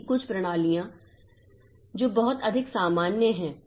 जबकि कुछ प्रणालियाँ जो बहुत अधिक सामान्य हैं